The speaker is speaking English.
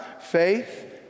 faith